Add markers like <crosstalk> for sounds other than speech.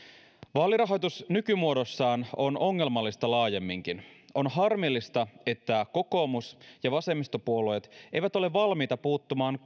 vaalirahoitus nykymuodossaan on ongelmallista laajemminkin on harmillista että kokoomus ja vasemmistopuolueet eivät ole valmiita puuttumaan <unintelligible>